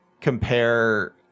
compare